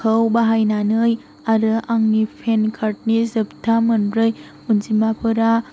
बाहायनानै आरो आंनि पान कार्डनि जोबथा मोनब्रै अनजिमाफोरा